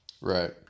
Right